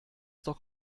doch